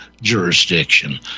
jurisdiction